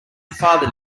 father